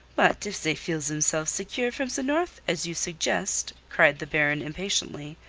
but if they feel themselves secure from the north, as you suggest, cried the baron impatiently,